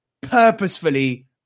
purposefully